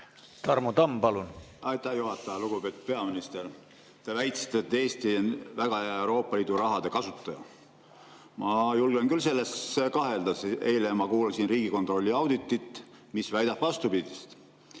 Tarmo Tamm, palun!